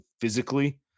physically